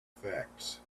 facts